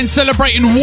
celebrating